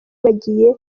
bagiye